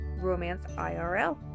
#romanceirl